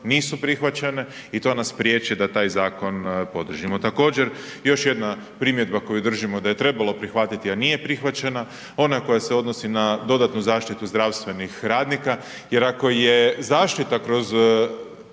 nisu prihvaćen i to nas priječi da taj zakon podržimo. Također, još jedna primjedba koju držimo da je trebalo prihvatiti a nije prihvaćena, ona koja se odnosi na dodatnu zaštitu zdravstvenih radnika jer ako je zaštita kroz